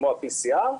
כמו ה-PCR,